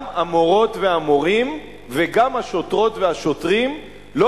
גם המורות והמורים וגם השוטרות והשוטרים לא